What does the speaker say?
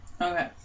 Okay